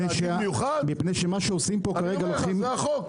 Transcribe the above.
זה החוק,